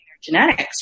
genetics